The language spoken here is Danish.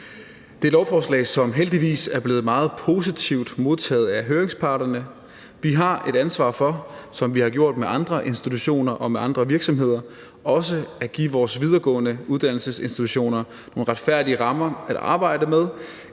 Det er et lovforslag, som heldigvis er blevet meget positivt modtaget af høringsparterne. Vi har et ansvar for – ligesom vi har i forhold til andre institutioner og andre virksomheder – også at give vores videregående uddannelsesinstitutioner nogle retfærdige rammer at arbejde inden